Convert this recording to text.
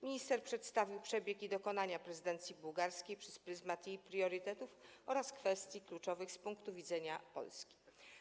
Minister przedstawił przebieg i dokonania prezydencji bułgarskiej przez pryzmat jej priorytetów oraz kwestii kluczowych z punktu widzenia Polski.